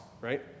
right